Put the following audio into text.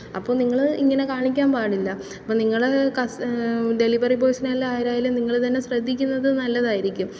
അപ്പോൾ നിങ്ങൾ ഇങ്ങനെ കാണിക്കാൻ പാടില്ല അപ്പം നിങ്ങൾ ഡെലിവറി ബോയ്സ്നേയല്ല ആരായാലും നിങ്ങൾ തന്നെ ശ്രദ്ധിക്കുന്നത് നല്ലതായിരിക്കും